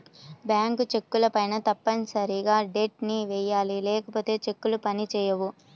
bank చెక్కులపైన తప్పనిసరిగా date ని వెయ్యాలి లేకపోతే చెక్కులు పని చేయవు